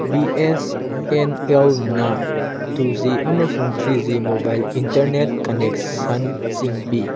B S N ꯑꯦꯜꯅ two G ꯑꯃꯁꯨꯡ three G mobile internet ꯀꯟꯅꯦꯛꯁꯟꯁꯤꯡ ꯄꯤ